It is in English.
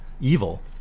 Evil